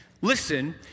listen